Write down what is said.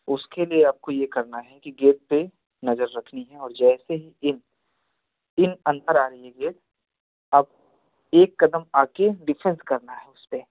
उसके लिए आपको यह करना है कि गेंद पर नज़र रखनी है और जैसे ही गेंद इन अंदर आ रही है गेंद आप एक कदम आकर डिफेंस करना है उसे